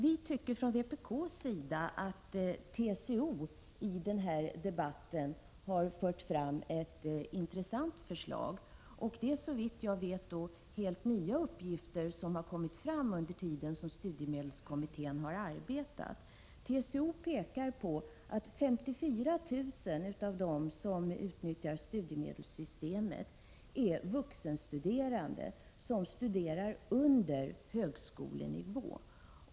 Vi i vpk tycker att TCO i den här debatten har fört fram ett intressant förslag. Det förslaget innehåller, såvitt jag vet, helt nya uppgifter som har kommit fram under tiden som studiemedelskommittén har arbetat. TCO pekar på att 54 000 av dem som utnyttjar studiemedelssystemet är vuxenstuderande som studerar under högskolenivå.